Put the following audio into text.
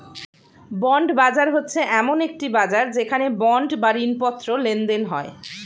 bond বাজার হচ্ছে এমন একটি বাজার যেখানে বন্ড বা ঋণপত্র লেনদেন হয়